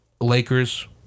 lakers